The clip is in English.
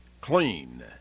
clean